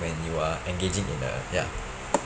when you are engaging in a ya